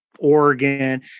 Oregon